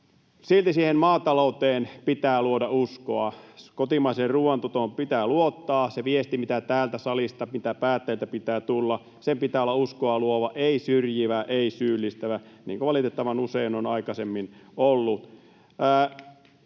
Silti maatalouteen pitää luoda uskoa, kotimaiseen ruuantuotantoon pitää luottaa. Sen viestin, minkä täältä salista pitää päättäjiltä tulla, pitää olla uskoa luova, ei syrjivä, ei syyllistävä, niin kuin valitettavan usein on aikaisemmin ollut.